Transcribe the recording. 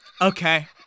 Okay